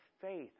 faith